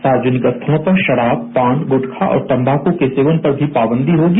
सार्वजनिक स्थलों पर शराब पान गुटखा और तंबाकू के सेवन पर भी पाबंदी होगी